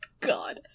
God